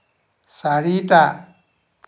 চাৰিটা